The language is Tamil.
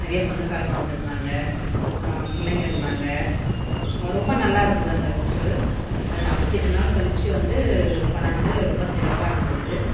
நிறைய சொந்தக்காரங்கள் வந்திருந்தாங்க பிள்ளைங்கள் இருந்தாங்கள் ரொம்ப நல்லா இருந்தது அந்த ஃபெஸ்டிவெல் அந்த நாற்பத்தெட்டு நாள் கழிச்சு வந்து பண்ணுனது ரொம்ப சிறப்பாக இருந்தது